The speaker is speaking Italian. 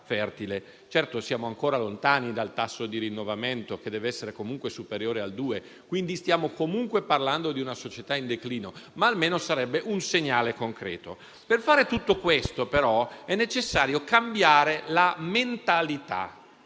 Certo, siamo ancora lontani dal tasso di rinnovamento, che deve essere comunque superiore al 2; quindi, stiamo comunque parlando di una società in declino, ma almeno sarebbe un segnale concreto. Per fare tutto questo, però, è necessario cambiare la mentalità